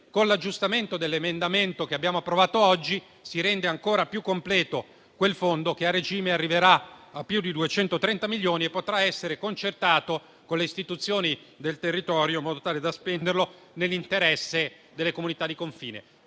Con l'aggiustamento dell'emendamento che abbiamo approvato oggi si rende ancora più completo quel fondo, che a regime arriverà a più di 230 milioni e potrà essere concertato con le istituzioni del territorio, in modo tale da spenderlo nell'interesse delle comunità di confine.